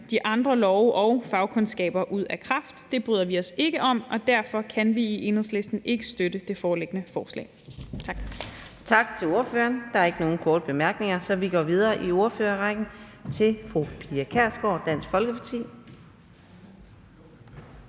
de andre love og fagkundskaber ud af kraft. Det bryder vi os ikke om, og derfor kan vi i Enhedslisten ikke støtte det foreliggende forslag. Tak.